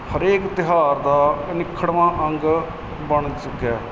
ਹਰੇਕ ਤਿਉਹਾਰ ਦਾ ਅਨਿੱਖੜਵਾਂ ਅੰਗ ਬਣ ਚੁੱਕਿਆ